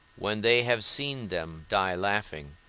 when they have seen them die laughing.